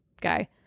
guy